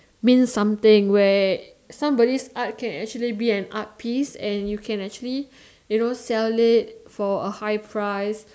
means something where somebody's art can actually be a art piece and you can actually sell it for a high price